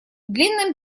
длинном